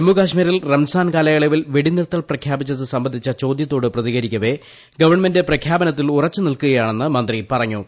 ജമ്മു കാശ്മീരിൽ റംസാൻ കാലയളവിൽ വെടിനിർത്തൽ പ്രഖ്യാപിച്ചത് സംബന്ധിച്ച ചോദ്യത്തോട് പ്രതികരിക്കവേ ഗവൺമെന്റ് പ്രഖ്യാപനത്തിൽ ഉറച്ച് നിൽക്കുകയാണെന്ന് മന്ത്രി പറഞ്ഞു